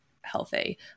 healthy